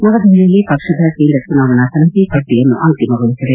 ನವದೆಹಲಿಯಲ್ಲಿ ಪಕ್ಷದ ಕೇಂದ್ರ ಚುನಾವಣಾ ಸಮಿತಿ ಪಟ್ಷಿಯನ್ನು ಅಂತಿಮಗೊಳಿಸಿದೆ